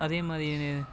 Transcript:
அதேமாதிரி இனி